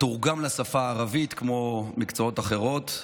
תורגם לשפה הערבית, כמו מקצועות אחרים.